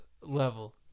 level